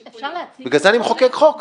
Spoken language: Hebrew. בגלל זה אני מחוקק חוק.